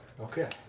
Okay